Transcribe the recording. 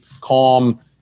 calm